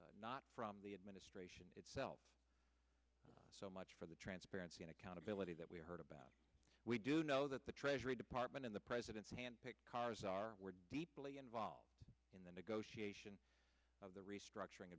filings not from the administration itself so much for the transparency and accountability that we heard about we do know that the treasury department in the president's hand picked cars are were deeply involved in the negotiation of the restructuring